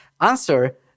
answer